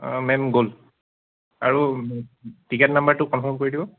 অঁ ma'am gold আৰু ticket নাম্বাৰটো কনফাৰ্ম কৰি দিব